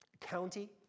county